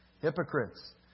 hypocrites